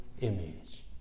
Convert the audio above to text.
image